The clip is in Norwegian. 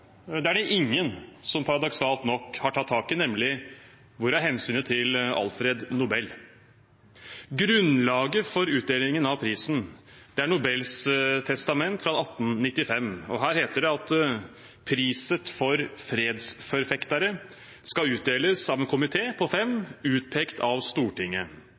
det viktigste spørsmålet er det ingen som, paradoksalt nok, har tatt tak i, nemlig: Hvor er hensynet til Alfred Nobel? Grunnlaget for utdelingen av prisen er Nobels testament fra 1895, og her heter det at prisen for «fredsförfäktare» skal utdeles av en komite på fem, utpekt av Stortinget.